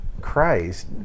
Christ